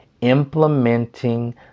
implementing